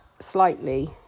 slightly